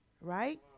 right